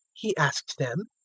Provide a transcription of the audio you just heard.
he asked them,